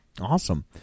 awesome